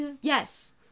yes